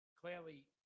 clearly